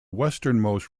westernmost